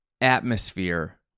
atmosphere